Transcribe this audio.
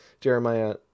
Jeremiah